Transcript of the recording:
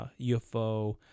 UFO